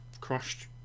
crushed